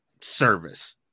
service